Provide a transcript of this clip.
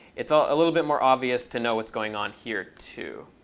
it's all a little bit more obvious to know what's going on here, too.